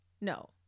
No